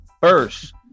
first